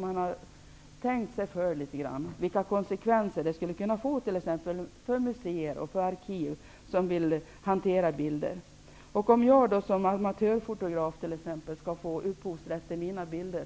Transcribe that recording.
Man har tänkt på vilka konsekvenser som skulle kunna uppstå för museer och arkiv som vill hantera bilder. Låt mig ge ett exempel på hur det kan bli, om jag som amatörfotograf skulle få upphovsrätt till mina bilder.